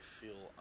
feel